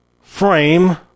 frame